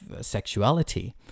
sexuality